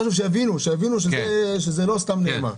שיבינו שזה לא סתם נאמר.